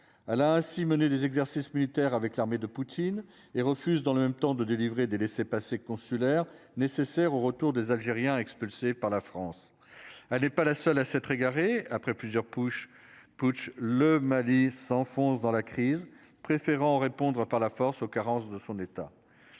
à la mené des exercices militaires avec l'armée de Poutine et refuse dans le même temps de délivrer des laissez-passer consulaires nécessaires au retour de. Les Algériens expulsés par la France, elle n'est pas la seule à s'être égaré après plusieurs couches. Putsch le Mali s'enfonce dans la crise préférant répondre par la force aux carences de son état.